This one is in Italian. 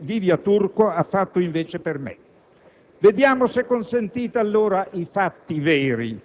Livia Turco ha fatto invece per me. Vediamo allora, se consentite, i fatti veri.